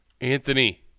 Anthony